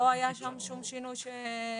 לא היה שם שום שינוי שפוגע.